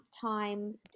time